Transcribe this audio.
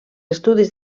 estudis